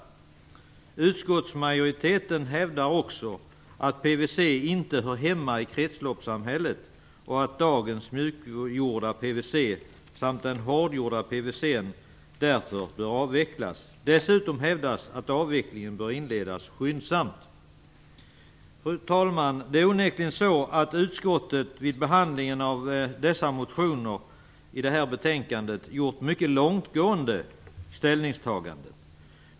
Utskottsmajoriteten hävdar också att PVC inte hör hemma i kretsloppssamhället och att dagens mjukgjorda PVC samt hårdgjord PVC därför bör avvecklas. Dessutom hävdas att avvecklingen bör inledas skyndsamt. Fru talman! Det är onekligen så att utskottet vid behandlingen av dessa motioner i det här betänkandet gjort mycket långtgående ställningstaganden.